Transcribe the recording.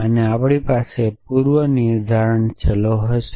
અને આપણી પાસે પ્રિડિકેટ ચલો છે અને તેના પર ક્વાંટીફાયર છે